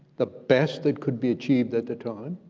the best that could be achieved at the time.